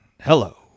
Hello